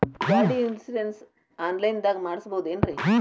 ಗಾಡಿ insurance online ದಾಗ ಮಾಡಸ್ಬಹುದೆನ್ರಿ?